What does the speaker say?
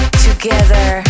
together